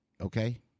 okay